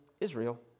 Israel